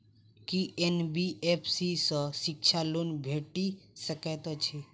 की NBFC सँ शिक्षा loan भेटि सकैत अछि?